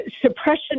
suppression